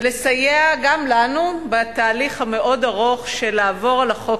ולסייע גם לנו בתהליך המאוד ארוך של לעבור על החוק